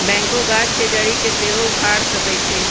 backhoe गाछ के जड़ी के सेहो उखाड़ सकइ छै